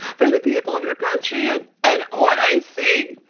for the people of your country. ah and what i see,